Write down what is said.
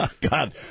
God